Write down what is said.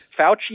Fauci